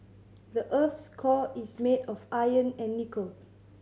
the earth's core is made of iron and nickel